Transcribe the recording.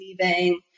leaving